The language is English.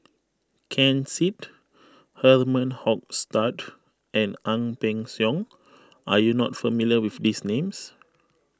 Ken Seet Herman Hochstadt and Ang Peng Siong are you not familiar with these names